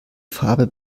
farbe